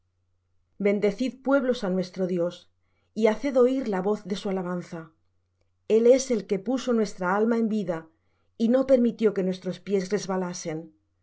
bendecid pueblos á nuestro dios y haced oir la voz de su alabanza el es el que puso nuestra alma en vida y no permitió que nuestros pies resbalasen